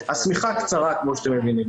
השמיכה קצרה כמו שאתם מבינים.